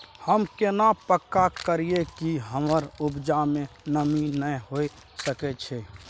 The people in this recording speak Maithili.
हम केना पक्का करियै कि हमर उपजा में नमी नय होय सके छै?